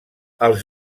els